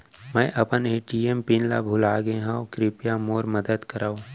मै अपन ATM pin ला भूलागे हव, कृपया मोर मदद करव